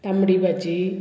तांबडी भाजी